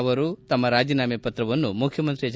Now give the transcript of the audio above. ಅವರು ತಮ್ನ ರಾಜೀನಾಮೆ ಪತ್ರವನ್ನು ಮುಖ್ಯಮಂತ್ರಿ ಎಚ್